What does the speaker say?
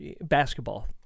Basketball